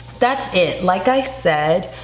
that's it. like i said,